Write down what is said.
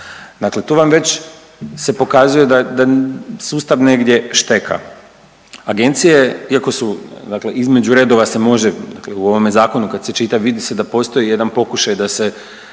Dakle, to vam već se pokazuje da sustav negdje šteka. Agencije iako su dakle između redova se može u ovome zakonu kad se čita vidi se da postoji jedan pokušaj da se,